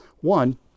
One